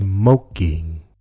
Smoking